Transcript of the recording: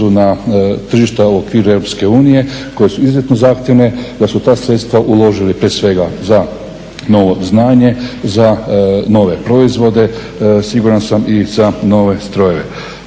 na tržišta u okviru Europske unije koja su izuzetno zahtjevna, da su ta sredstva uložili prije svega za novo znanje, za nove proizvode, siguran sam i za nove strojeve.